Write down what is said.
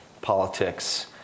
politics